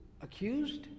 accused